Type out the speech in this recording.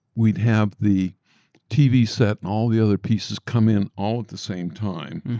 we'd have the tv set and all the other pieces come in all at the same time.